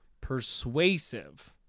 persuasive